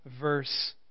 verse